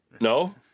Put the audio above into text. No